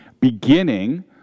beginning